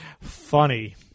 Funny